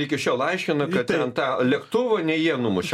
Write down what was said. iki šiol aiškina kad ten tą lėktuvą ne jie numušė